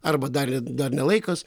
arba dar ir dar ne laikas